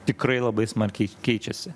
tikrai labai smarkiai keičiasi